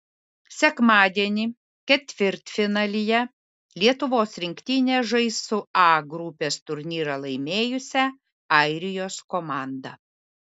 sekmadienį ketvirtfinalyje lietuvos rinktinė žais su a grupės turnyrą laimėjusia airijos komanda